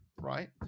right